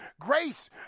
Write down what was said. grace